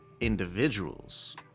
individuals